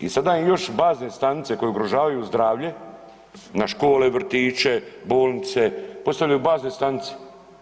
I sada im još bazne stanice koje ugrožavaju zdravlje, na škole, vrtiće, bolnice, postavljaju bazne stanice.